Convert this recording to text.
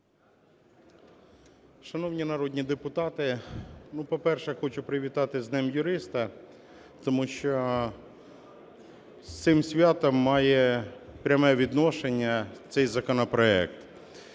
Шановні народні депутати! По-перше, я хочу привітати з Днем юриста, тому що з цим святом має пряме відношення цей законопроект.